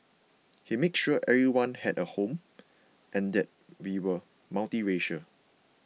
he made sure everyone had a home and that we were multiracial